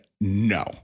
no